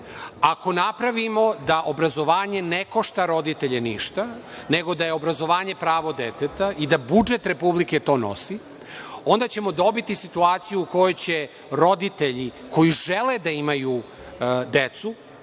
Ako napravimo da obrazovanje ne košta roditelje ništa, nego da je obrazovanje pravo deteta i da budžet Republike to nosi, onda ćemo dobiti situaciju u kojoj će roditelji koji žele da imaju decu